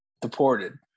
deported